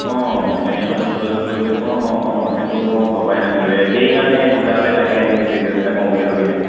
অঁ ভেটেনাৰীৰ লগত যোগাযোগ কৰিলে অঁ অঁ অঁ সেইটো মই ভবাই নাছিলোঁ এই সেইকাৰণে দুটা যে লাগে এনেকৈ বিজনেছ এটা কৰোঁ বুলি ভাবিলে